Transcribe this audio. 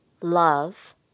love